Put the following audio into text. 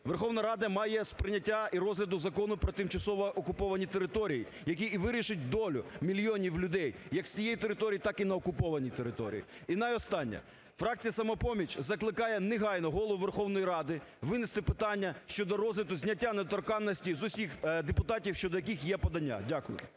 Верховна Рада має з прийняття і розгляду Закону про тимчасово окуповані території, який і вирішить долю мільйонів людей як з цієї території так і на окупованій території. І найостаннє. Фракція "Самопоміч" закликає негайно Голову Верховної Ради винести питання щодо розгляду зняття недоторканності з усіх депутатів, щодо яких є подання. Дякую.